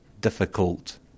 difficult